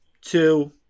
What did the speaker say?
two